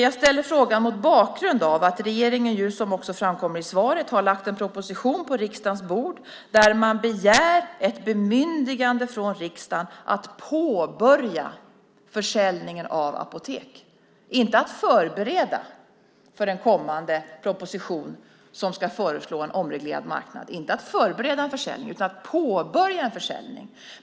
Jag ställer frågan mot bakgrund av att regeringen, som också framkommer i svaret, har lagt en proposition på riksdagens bord där man begär ett bemyndigande från riksdagen att påbörja försäljningen av apotek. Man ska inte förbereda för en kommande proposition som ska föreslå en omreglerad marknad, och man ska inte förbereda en försäljning utan påbörja en försäljning.